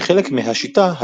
כחלק מהשיטה,